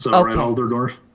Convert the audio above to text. so, and alder dorf.